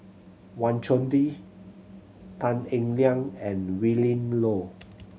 Wang Chunde Tan Eng Liang and Willin Low